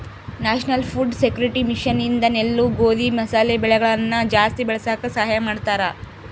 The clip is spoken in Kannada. ನ್ಯಾಷನಲ್ ಫುಡ್ ಸೆಕ್ಯೂರಿಟಿ ಮಿಷನ್ ಇಂದ ನೆಲ್ಲು ಗೋಧಿ ಮಸಾಲೆ ಬೆಳೆಗಳನ ಜಾಸ್ತಿ ಬೆಳಸಾಕ ಸಹಾಯ ಮಾಡ್ತಾರ